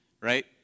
right